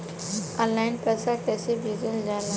Online पैसा कैसे भेजल जाला?